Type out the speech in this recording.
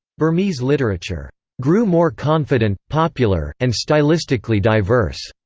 burmese literature grew more confident, popular, and stylistically diverse,